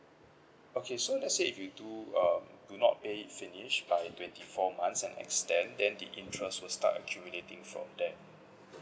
okay so let's say if you do uh do not pay finish by twenty four months and extend then the interest will start accumulating from then